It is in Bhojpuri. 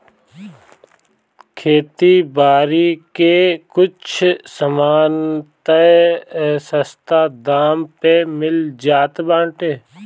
खेती बारी के कुछ सामान तअ सस्ता दाम पे मिल जात बाटे